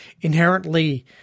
inherently